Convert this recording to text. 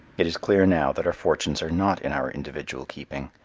it is clear now that our fortunes are not in our individual keeping.